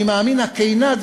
אני מאמין שהכֵּנה,